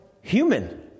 human